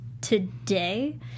today